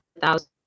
thousand